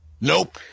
Nope